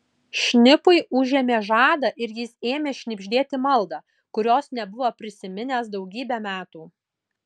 šnipui užėmė žadą ir jis ėmė šnibždėti maldą kurios nebuvo prisiminęs daugybę metų